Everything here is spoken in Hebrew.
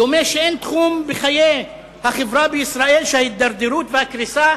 דומה שאין תחום בחיי החברה בישראל שההידרדרות והקריסה